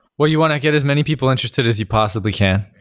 well, you want to get as many people interested as you possibly can.